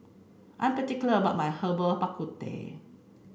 I'm particular about my Herbal Bak Ku Teh